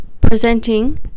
presenting